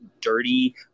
dirty